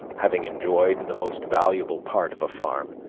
having enjoyed the most valuable part of a farm,